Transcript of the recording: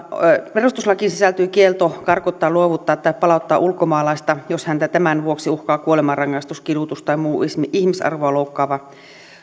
perustuslakiin sisältyy kielto karkottaa luovuttaa tai palauttaa ulkomaalaista jos häntä tämän vuoksi uhkaa kuolemanrangaistus kidutus tai muu ihmisarvoa loukkaava